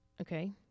okay